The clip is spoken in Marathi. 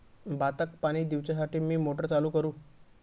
भाताक पाणी दिवच्यासाठी मी मोटर चालू करू?